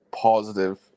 Positive